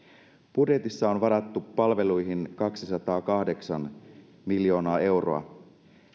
budjetissa on varattu palveluihin kaksisataakahdeksan miljoonaa euroa